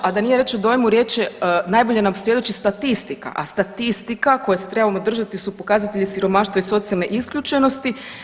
A da nije riječ o dojmu, riječ je najbolje nam svjedoči statistika, a statistika koje se trebamo držati su pokazatelji siromaštva i socijalne isključenosti.